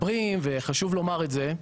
חשוב לומר את זה,